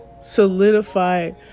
solidified